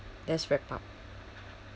let's wrap up